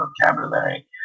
vocabulary